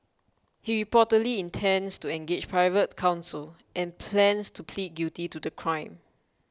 he reportedly intends to engage private counsel and plans to plead guilty to the crime